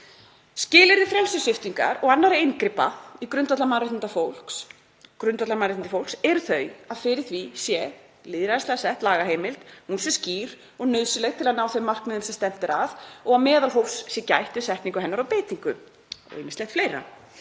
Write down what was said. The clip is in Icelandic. Skilyrði frelsissviptingar og annarra inngripa í grundvallarmannréttindi fólks eru þau að fyrir því sé lýðræðislega sett lagaheimild, hún sé skýr og nauðsynleg til að ná þeim markmiðum sem stefnt er að og meðalhófs sé gætt við setningu hennar og beitingu og ýmislegt fleira.